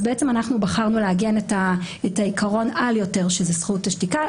אנחנו בחרנו לעגן את עיקרון-על יותר שהוא זכות השתיקה.